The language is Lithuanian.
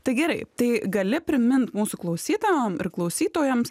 tai gerai tai gali primint mūsų klausytojam ir klausytojoms